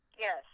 Yes